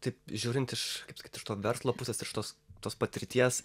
taip žiūrint iš kaip pasakyt iš to verslo pusės iš tos tos patirties